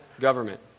government